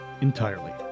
entirely